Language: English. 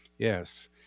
yes